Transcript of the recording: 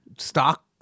stock